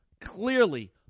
clearly